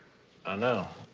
i know.